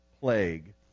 plague